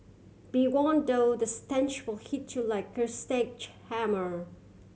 be warn though the stench will hit you like a sledgehammer